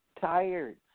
tired